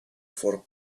for